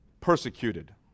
persecuted